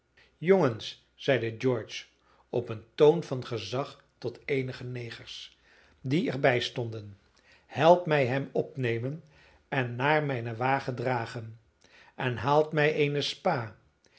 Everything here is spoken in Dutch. jongens zeide george op een toon van gezag tot eenige negers die er bij stonden helpt mij hem opnemen en naar mijnen wagen dragen en haalt mij eene spa